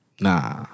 Nah